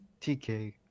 TK